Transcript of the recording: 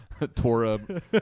Torah